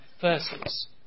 verses